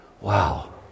Wow